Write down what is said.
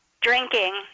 drinking